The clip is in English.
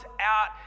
out